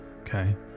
Okay